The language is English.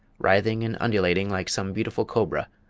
writhing and undulating like some beautiful cobra,